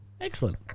Excellent